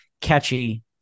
catchy